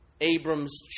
Abram's